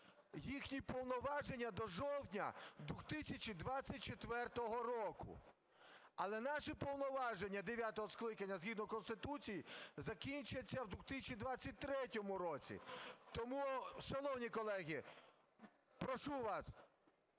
Їхні повноваження до жовтня 2024 року, але наші повноваження дев'ятого скликання згідно Конституції закінчаться в 2023 році. Тому, шановні колеги, прошу вас